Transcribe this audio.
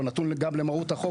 אם היה כתוב שהוא נתון למרות החוק,